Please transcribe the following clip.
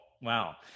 Wow